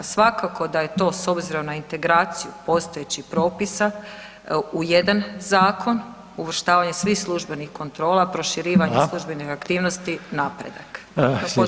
Svakako da je to s obzirom na integraciju postojećih propisa u jedan zakon, uvrštavanje svih službenih kontrola, prošivanja službenih aktivnosti napredak.